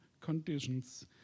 conditions